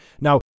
now